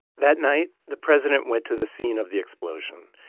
that night, the president went to the scene of the explosion.